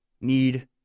need